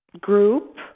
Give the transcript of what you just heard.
group